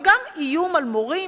וגם איום על מורים,